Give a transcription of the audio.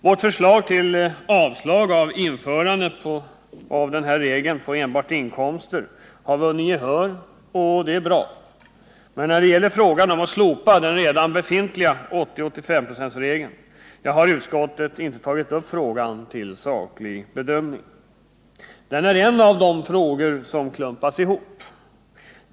Vårt förslag till avslag när det gäller införande av den här regeln på enbart inkomster har vunnit gehör, och det är bra, men frågan om att slopa den redan befintliga 80/85-procentsregeln har utskottet inte tagit upp till saklig bedömning. Den är en av de frågor som klumpats ihop med andra.